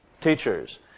teachers